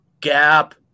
gap